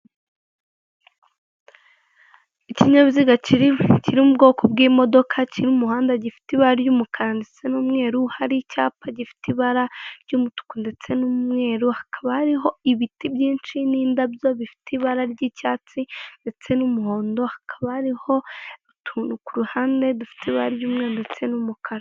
Umuhanda wa kaburimbo ufite ibice bibiri, bitandukanwa n'ubusitani buri hagati, burimo icyapa cy'umweru n'umutuku. Ku muhanda wo hirya hari imodoka, mu gihe hirya yayo hari ibiti by'icyatsi.